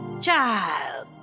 Child